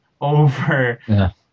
over